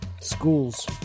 Schools